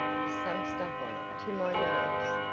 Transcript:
with some stuff on it, to my nose,